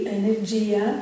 energia